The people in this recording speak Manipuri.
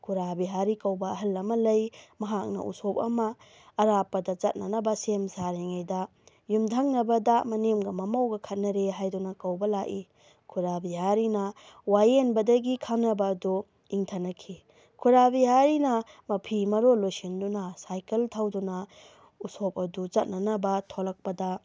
ꯈꯨꯔꯥ ꯕꯤꯍꯥꯔꯤ ꯀꯧꯕ ꯑꯍꯜ ꯑꯃ ꯂꯩ ꯃꯍꯥꯛꯅ ꯎꯁꯣꯞ ꯑꯃ ꯑꯔꯥꯞꯄꯗ ꯆꯠꯅꯅꯕ ꯁꯦꯝ ꯁꯥꯔꯤꯉꯩꯗ ꯌꯨꯝꯊꯪꯅꯕꯗ ꯃꯅꯦꯝꯒ ꯃꯃꯧꯒ ꯈꯠꯅꯔꯦ ꯍꯥꯏꯗꯨꯅ ꯀꯧꯕ ꯂꯥꯛꯏ ꯈꯨꯔꯥ ꯕꯤꯍꯥꯔꯤꯅ ꯋꯥꯋꯦꯟꯕꯗꯒꯤ ꯈꯠꯅꯕ ꯑꯗꯣ ꯏꯪꯊꯅꯈꯤ ꯈꯨꯔꯥ ꯕꯤꯍꯥꯔꯤꯅ ꯃꯐꯤ ꯃꯔꯣꯜ ꯂꯣꯏꯁꯤꯟꯗꯨꯅ ꯁꯥꯏꯀꯜ ꯊꯧꯗꯨꯅ ꯎꯠꯁꯣꯞ ꯑꯗꯨ ꯆꯠꯅꯅꯕ ꯊꯣꯛꯂꯛꯄꯗ